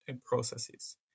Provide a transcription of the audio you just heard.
processes